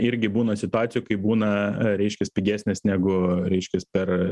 irgi būna situacijų kai būna reiškias pigesnės negu reiškias per